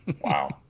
Wow